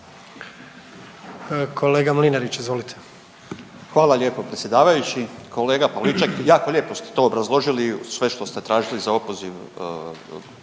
**Mlinarić, Stipo (DP)** Hvala lijepo predsjedavajući. Kolega Pavliček, jako lijepo ste to obrazložili i sve što ste tražili za opoziv